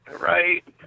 right